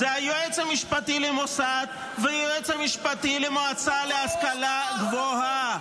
זה היועץ המשפטי למוסד והיועץ המשפטי למועצה להשכלה גבוהה.